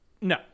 no